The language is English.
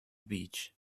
beach